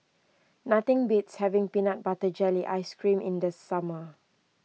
nothing beats having Peanut Butter Jelly Ice Cream in the summer